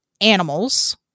animals